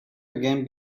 again